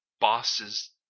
bosses